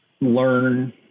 learn